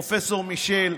פרופ' מישל,